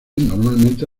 normalmente